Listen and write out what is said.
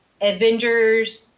Avengers